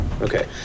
Okay